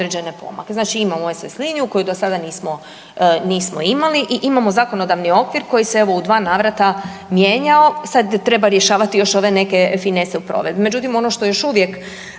Znači imamo SOS liniju koju do sada nismo, nismo imali i imamo zakonodavni okvir koji se evo u dva navrata mijenjao, sad treba rješavati još ove neke finese u provedbi.